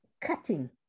cutting